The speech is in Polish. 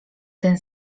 ten